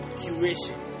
curation